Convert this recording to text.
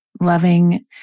loving